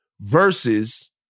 versus